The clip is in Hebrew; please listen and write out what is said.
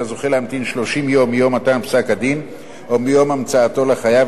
על הזוכה להמתין 30 יום מיום מתן פסק-הדין או מיום המצאתו לחייב,